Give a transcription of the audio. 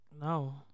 No